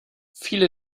viele